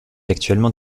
actuellement